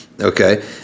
Okay